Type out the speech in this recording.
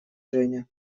женя